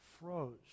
froze